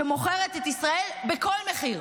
שמוכרת את ישראל בכל מחיר,